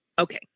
Okay